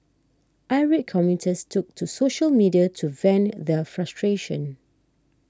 irate commuters took to social media to vent their frustration